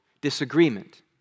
disagreement